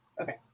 Okay